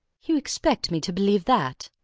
you expect me to believe that?